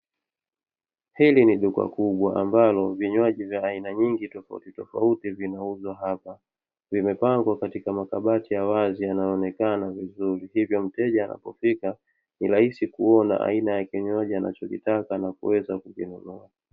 Hili ni duka kubwa, ambalo vinywaji vya aina nyingi tofautitofauti vinauzwa hapa, vimepangwa katika makabati ya wazi yanayoonekana vizuri, hivyo mteja anapofika ni rahisi kuona aina ya kinywaji anachokitaka na kuweza kukinunua.